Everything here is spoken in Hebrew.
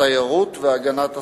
התיירות והגנת הסביבה.